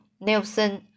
Nelson